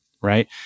right